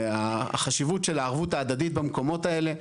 החשיבות של הערבות ההדדית במקומות האלה.